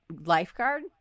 lifeguard